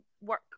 work